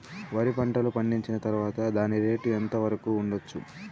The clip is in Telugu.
వరి పంటలు పండించిన తర్వాత దాని రేటు ఎంత వరకు ఉండచ్చు